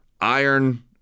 Iron